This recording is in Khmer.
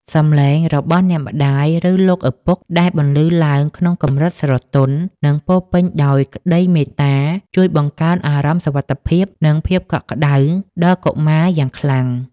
សំឡេងរបស់អ្នកម្ដាយ ឬលោកឪពុកដែលបន្លឺឡើងក្នុងកម្រិតស្រទន់ និងពោរពេញដោយក្តីមេត្តា ជួយបង្កើនអារម្មណ៍សុវត្ថិភាព និងភាពកក់ក្តៅដល់កុមារយ៉ាងខ្លាំង។